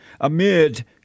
amid